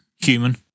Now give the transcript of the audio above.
Human